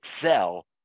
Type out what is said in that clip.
excel